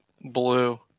blue